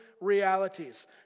realities